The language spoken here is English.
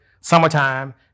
summertime